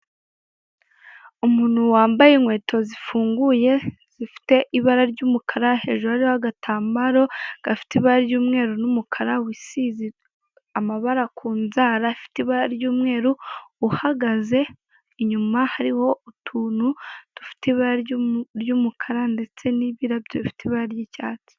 Umuntu wambaye inkweto zifunguye, zifite ibara ry'umukara, hejuru hariho agatambaro gafite ibara ry'umweru n'umukara, wisize amabara ku inzara, afite ibara ry'umweru, uhagaze, inyuma hariho utuntu dufite ibara ry'umukara ndetse n'ibirabyo bifite ibara ry'icyatsi.